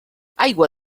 aigua